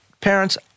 parents